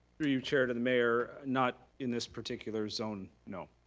through you chair to the mayor. not in this particular zone, no.